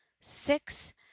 six